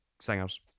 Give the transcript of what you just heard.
singers